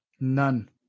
None